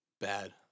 bad